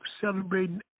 celebrating